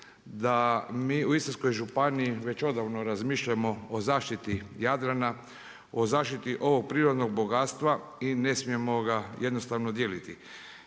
da mi u Istarskoj županiji već odavno razmišljamo o zaštiti Jadrana, o zaštiti ovog prirodnog bogatstva i ne smijemo ga jednostavno dijeliti.